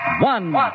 one